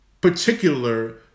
particular